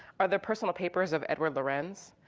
are the personal papers of edward lorenz.